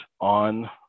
on